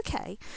okay